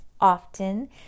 often